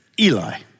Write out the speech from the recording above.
Eli